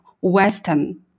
western